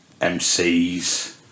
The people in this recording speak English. MCs